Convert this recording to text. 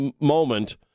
moment